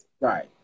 Right